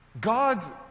God's